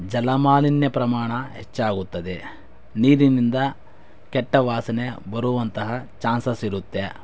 ಜಲಮಾಲಿನ್ಯ ಪ್ರಮಾಣ ಹೆಚ್ಚಾಗುತ್ತದೆ ನೀರಿನಿಂದ ಕೆಟ್ಟ ವಾಸನೆ ಬರುವಂತಹ ಚಾನ್ಸಸ್ ಇರುತ್ತೆ